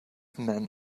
men